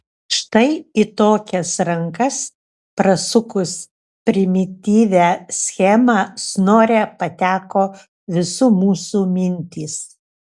štai į tokias rankas prasukus primityvią schemą snore pateko visų mūsų mintys